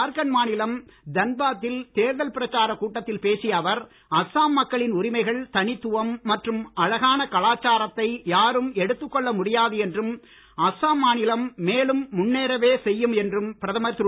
ஜார்கண்ட் மாநிலம் தன்பாத் தில் தேர்தல் பிரச்சாரக் கூட்டத்தில் பேசிய அவர் அஸ்ஸாம் மக்களின் உரிமைகள் தனித்துவம் மற்றும் அழகான கலாச்சாரத்தை யாரும் எடுத்துக் கொள்ள முடியாது என்றும் அஸ்ஸாம் மாநிலம் மேலும் முன்னேறவே செய்யும் என்றும் பிரதமர் திரு